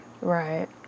Right